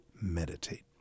meditate